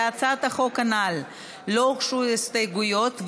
להצעת החוק הנ"ל לא הוגשו הסתייגויות,